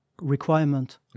requirement